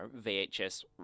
VHS